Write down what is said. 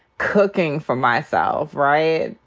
cooking for myself, right?